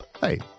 Hey